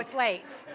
late,